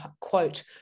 quote